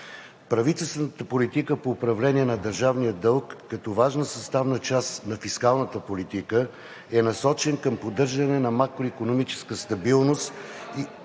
правителствената политика по управление на държавния дълг, като важна съставна част на фискалната политика, е насочена към поддържане на макроикономическа стабилност и